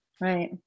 Right